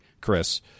Chris